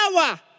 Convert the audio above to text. power